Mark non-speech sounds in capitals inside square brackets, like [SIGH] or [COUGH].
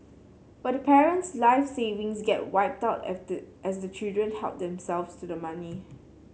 but the parent's life savings get wiped out [UNINTELLIGIBLE] as the children help themselves to the money